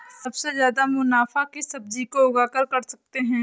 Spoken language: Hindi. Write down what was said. सबसे ज्यादा मुनाफा किस सब्जी को उगाकर कर सकते हैं?